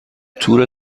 تور